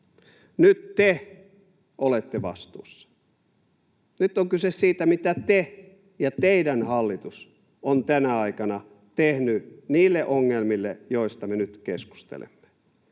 Nyt te olette vastuussa. Nyt on kyse siitä, mitä te ja teidän hallituksenne on tänä aikana tehnyt niille ongelmille, joista me nyt keskustelemme.